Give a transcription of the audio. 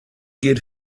get